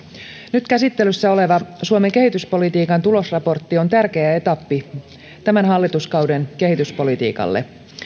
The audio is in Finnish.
nyt käsittelyssä oleva suomen kehityspolitiikan tulosraportti on tärkeä etappi tämän hallituskauden kehityspolitiikalle